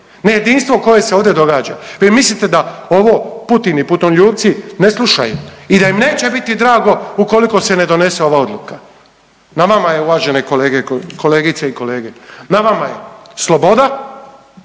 nejedinstvo koje se ovdje događa. Vi mislite da ovo Putin i putinoljupci ne slušaju i da im neće biti drago ukoliko se ne donese ova odluka. Na vama je uvažene kolege, kolegice i kolege, na vama je sloboda